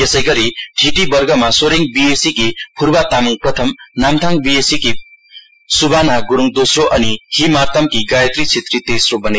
यसैगरी ठिटी वर्गमा सोरेङ बी ए सी की फुर्बा तामाङ प्रथम नामथाङ बी ए सी की सुबाना गुरुङ दोस्रो अनि हि मार्तामकी गायत्री छेत्री तेस्रो बने